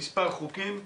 מספר חוקים.